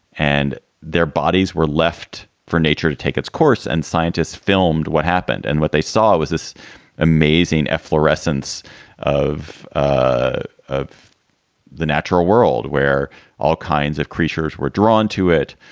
and their bodies were left for nature to take its course. and scientists filmed what happened. and what they saw was this amazing efflorescence of ah of the natural world where all kinds of creatures were drawn to it,